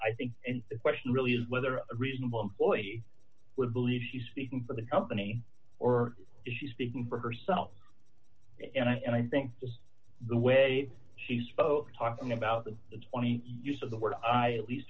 i think question really is whether a reasonable employee would believe she's speaking for the company or is she speaking for herself and i and i think just the way she spoke talking about the twenty use of the word at least